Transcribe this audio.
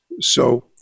So-